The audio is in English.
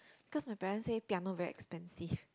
cause my parents say piano very expensive